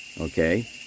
okay